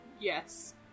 Yes